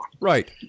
Right